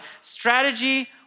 strategy